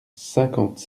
cinquante